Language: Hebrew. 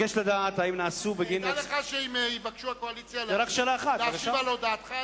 תדע לך שאם יבקשו מהקואליציה להשיב על הודעתך,